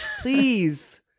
Please